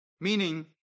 Meaning